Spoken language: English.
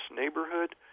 neighborhood